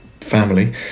family